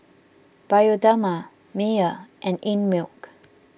Bioderma Mayer and Einmilk